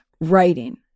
writing